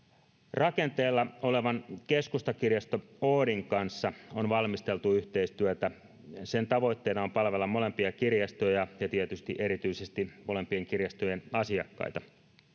rakenteilla olevan keskustakirjasto oodin kanssa on valmisteltu yhteistyötä sen tavoitteena on palvella molempia kirjastoja ja tietysti erityisesti molempien kirjastojen asiakkaita